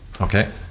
Okay